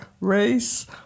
race